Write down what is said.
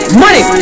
money